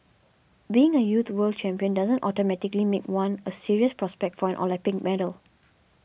being a youth world champion doesn't automatically make one a serious prospect for an Olympic medal